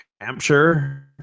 Hampshire